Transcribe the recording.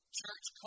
church